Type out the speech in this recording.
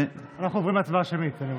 אנחנו עוברים להצבעה שמית.